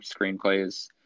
screenplays